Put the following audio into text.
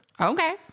Okay